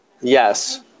Yes